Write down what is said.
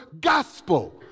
gospel